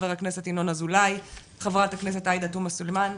ח"כ ינון אזולאי וח"כ עאידה תומא סלימאן,